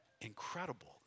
incredible